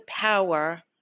power